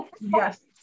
yes